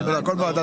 לא, ועדת